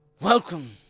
Welcome